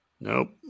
Nope